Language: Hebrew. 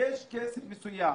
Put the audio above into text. יש כסף מסוים.